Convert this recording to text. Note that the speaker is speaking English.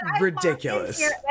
ridiculous